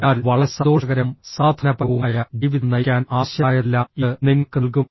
അതിനാൽ വളരെ സന്തോഷകരവും സമാധാനപരവുമായ ജീവിതം നയിക്കാൻ ആവശ്യമായതെല്ലാം ഇത് നിങ്ങൾക്ക് നൽകും